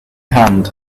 hand